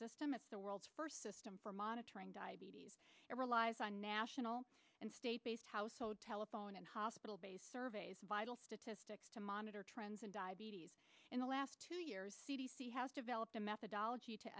system it's the world's first system for monitoring diabetes it relies on national and state based household telephone and hospital based surveys vital statistics to monitor trends and in the last two years c d c has developed a methodology to